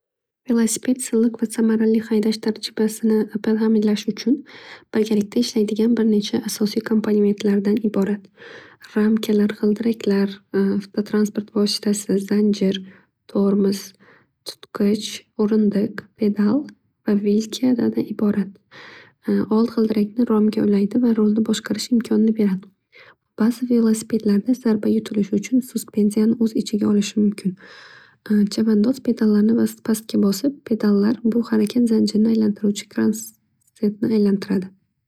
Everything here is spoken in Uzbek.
Velosiped silliq va samarali haydash tajribasini ta'minlash uchun birgalikda ishlaydigan bir necha asosiy kompanimentlardan iborat, ramkalar g'ildiraklar, avtotransport vositasi, zanjir, tormoz, tutqich, o'rindiq, pedal va vilklardan iborat. Old g'ildirakni romga ulaydi va g'ildirakni boshqarish imkonini beradi. Bu bazi velosipedlarda zarba yutulishi uchun suspenziyani o'z ichiga olishi mumkin. Chavandoz pedallarni pastga bosib, pedallar bu harakat zanjirni aylantiruvchi kransepni aylantiradi.